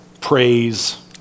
praise